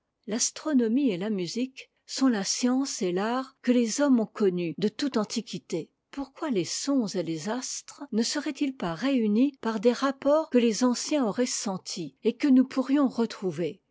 l'astronomie et la musique sont la science et l'art que les hommes ont connus de toute antiquité pourquoi les sons et les astres ne seraient-ils pas réunis par des rapports que les anciens auraient sentis et que nous pourrions retrouver